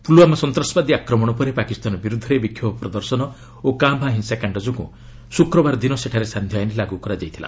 ପୁଲୁୱାମା ସନ୍ତାସବାଦୀ ଆକ୍ରମଣ ପରେ ପାକିସ୍ତାନ ବିରୁଦ୍ଧରେ ବିକ୍ଷୋଭ ପ୍ରଦର୍ଶନ ଓ କାଁ ଭାଁ ହିଂସାକାଣ୍ଡ ଯୋଗୁଁ ଶୁକ୍ରବାର ଦିନ ସେଠାରେ ସାନ୍ଧ୍ୟ ଆଇନ୍ ଲାଗୁ ହୋଇଥିଲା